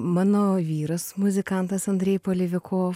mano vyras muzikantas andrej polivikov